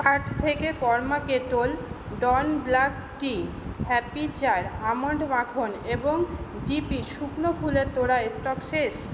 cart থেকে Karma Kettle Dawn black tea happy চার almond মাখন এবং ডিপি শুকনো ফুলের তোড়া স্টক শেষ